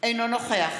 אינו נוכח